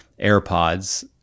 AirPods